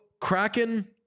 Kraken